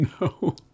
No